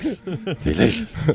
delicious